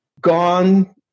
gone